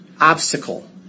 obstacle